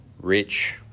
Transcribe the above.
rich